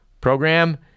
program